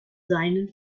seinen